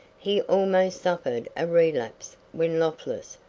he almost suffered a relapse when lotless,